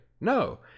no